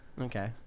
okay